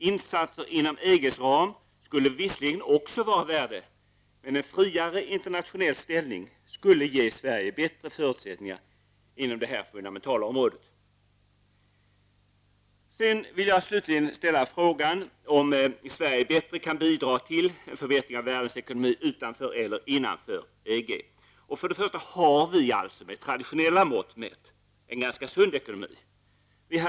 Insatser inom EGs ram skulle visserligen också vara av värde, men en friare internationell ställning skulle ge Sverige bättre förutsättning inom detta fundamentala område. Slutligen vill jag ställa frågan om Sverige bättre kan bidra till en förbättring av världens ekonomi utanför än innanför EG. Förts och främst har vi med traditionella mått mätt en ganska sund ekonomi.